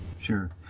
Sure